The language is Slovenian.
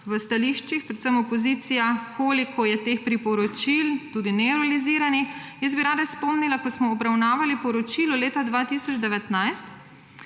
predvsem opozicija, koliko je teh priporočil, tudi nerealiziranih. Jaz bi rada spomnila, da ko smo obravnavali poročilo leta 2019,